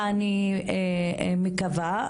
אני מקווה.